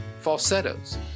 Falsettos